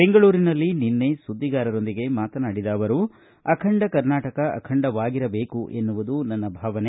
ಬೆಂಗಳೂರಿನಲ್ಲಿ ನಿನ್ನೆ ಸುದ್ನಿಗಾರರೊಂದಿಗೆ ಮಾತನಾಡಿದ ಅವರು ಅಖಂಡ ಕರ್ನಾಟಕ ಅಖಂಡವಾಗಿರಬೇಕು ಎನ್ನುವುದು ನನ್ನ ಭಾವನೆ